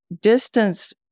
distance